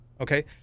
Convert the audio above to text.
Okay